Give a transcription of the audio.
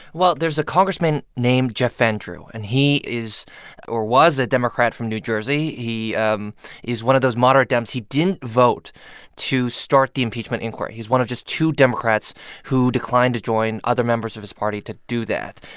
well, there's a congressman named jeff van drew, and he is or was a democrat from new jersey. he um is one of those moderate dems. he didn't vote to start the impeachment inquiry. he's one of just two democrats who declined to join other members of his party to do that.